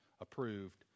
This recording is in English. approved